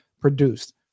produced